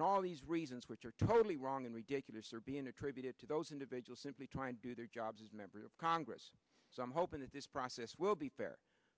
and all these reasons which are totally wrong and ridiculous are being attributed to those individuals simply trying to do their jobs as members of congress so i'm hoping that this process will be fair